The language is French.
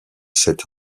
cette